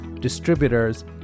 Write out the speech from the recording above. distributors